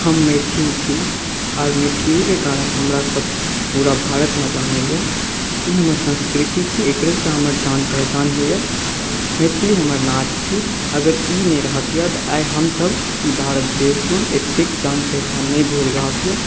हम मैथिल छी आओर मैथिलीक कारण हमरा सभ पूरा भारतमे जानैया ई हमर संस्कृति छी एकरेसँ हमर जान पहचान होइया मैथिली हमर नाज छी अगर ई नहि रहतिये तऽ हमसभ ई भारत देशमे एतय जान पहचान नहि भेल रहतियै